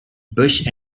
bush